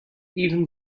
even